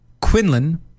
Quinlan